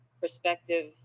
perspective